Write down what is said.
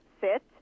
sit